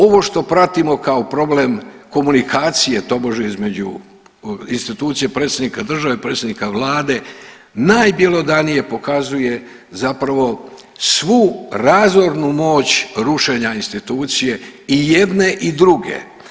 Ovo što pratimo kao problem komunikacije tobože između institucije predsjednika države i predsjednika vlade najbjelodanije pokazuje zapravo svu razornu moć rušenja institucije i jedne i druge.